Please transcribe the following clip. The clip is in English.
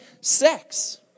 sex